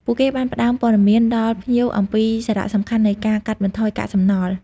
ពួកគេបានផ្តល់ព័ត៌មានដល់ភ្ញៀវអំពីសារៈសំខាន់នៃការកាត់បន្ថយកាកសំណល់។